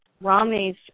Romney's